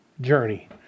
journey